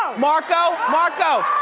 marco, marco,